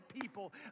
people